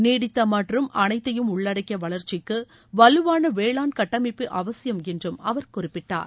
நீடித்த மற்றும் அனைத்தையும் உள்ளடக்கிய வளர்ச்சிக்கு வலுவான வேளாண் கட்டமைப்பு அவசியம் என்று அவர் குறிப்பிட்டார்